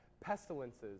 pestilences